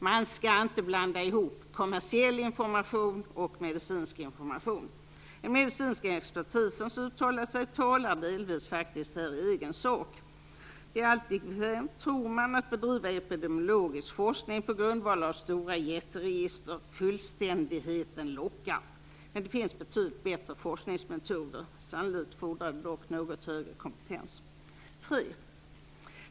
Man skall inte blanda ihop kommersiell information och medicinsk information. Den medicinska expertisen talar delvis i egen sak. Det är alltid bekvämt att bedriva epidemiologisk forskning på grundval av stora jätteregister; fullständigheten lockar. Det finns betydligt bättre forskningsmetoder, som dock sannolikt fordrar något högre kompetens. 3.